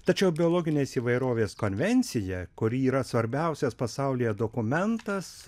tačiau biologinės įvairovės konvencija kuri yra svarbiausias pasaulyje dokumentas